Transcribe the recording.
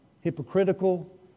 hypocritical